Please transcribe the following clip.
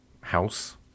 house